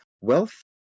wealth